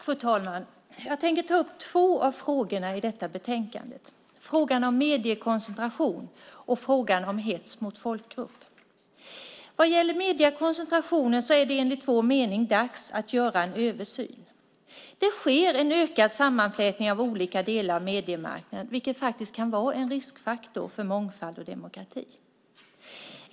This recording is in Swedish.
Fru talman! Jag ska ta upp två av frågorna i betänkandet, nämligen frågan om mediekoncentration och frågan om hets mot folkgrupp. Vad gäller mediekoncentrationen är det enligt vår mening dags att göra en översyn. Det sker en ökad sammanflätning av olika delar av mediemarknaden, vilket kan vara en riskfaktor för mångfald och demokrati.